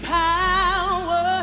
power